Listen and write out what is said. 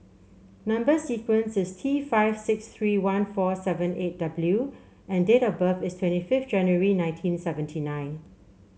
number sequence is T five six three one four seven eight W and date of birth is twenty fifth January nineteen seventy nine